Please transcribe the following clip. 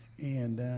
and